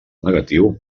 negatiu